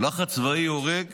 לחץ צבאי הורג